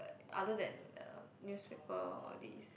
other than uh newspaper all these